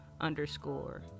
underscore